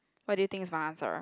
what do you think is my answer